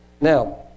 Now